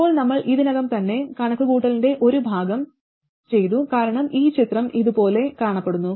ഇപ്പോൾ നമ്മൾ ഇതിനകം തന്നെ കണക്കുകൂട്ടലിന്റെ ഒരു ഭാഗം ചെയ്തു കാരണം ഈ ചിത്രം ഇത് പോലെ കാണപ്പെടുന്നു